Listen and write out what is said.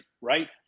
right